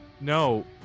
No